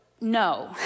no